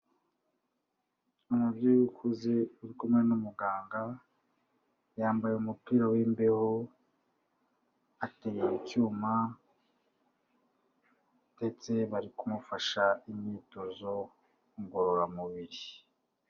Umubyeyi ukuze, uri kumwe n'umuganga, yambaye umupira w'imbeho, ateruye icyuma ndetse bari kumufasha imyitozo ngororamubiri.